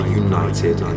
united